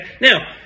now